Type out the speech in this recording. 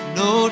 no